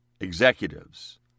executives